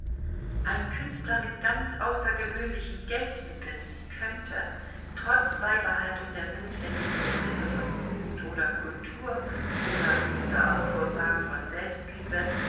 ein künstler mit ganz außergewöhnlichen geldmitteln könnte trotz beibehaltung der notwendigen begriffe von kunst oder kultur oder wie unser autor sagt von selbstliebe